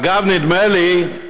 אגב, נדמה לי,